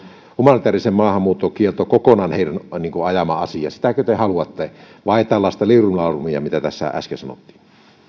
humanitäärisen maahanmuuton kielto kokonaan se heidän ajamansa asia sitäkö te haluatte vai onko se tällaista liirumlaarumia mitä tässä äsken sanottiin